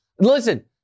Listen